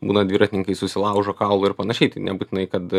būna dviratininkai susilaužo kaulų ir panašiai tai nebūtinai kad